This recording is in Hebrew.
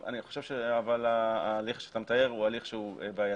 אבל אני חושב שההליך שאתה מתאר הוא הליך שהוא בעייתי,